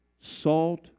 salt